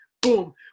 Boom